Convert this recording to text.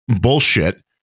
bullshit